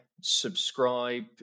subscribe